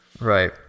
Right